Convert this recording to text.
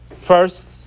first